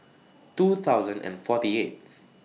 two thousand and forty eighth